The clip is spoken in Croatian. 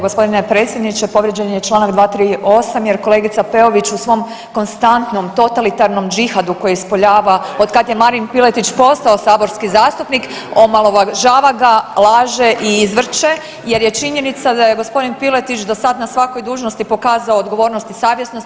Gospodine predsjedniče povrijeđen je Članak 238. jer kolegica Peović u svom konstantnom totalitarnom džihadu koji ispoljava od kad je Marin Piletić postao saborski zastupnik, omalovažava ga, laže i izvrće jer je činjenica da je gospodin Piletić dosada na svakoj dužnosti pokazao odgovornost i savjesnost.